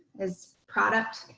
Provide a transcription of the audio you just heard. is product,